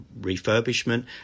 refurbishment